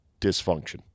dysfunction